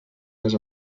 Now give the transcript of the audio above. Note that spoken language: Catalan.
més